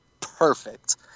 perfect